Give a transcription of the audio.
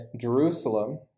Jerusalem